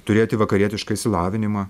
turėti vakarietišką išsilavinimą